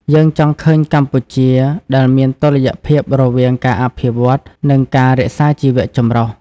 យើងចង់ឃើញកម្ពុជាដែលមានតុល្យភាពរវាងការអភិវឌ្ឍ និងការរក្សាជីវចម្រុះ។